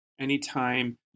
anytime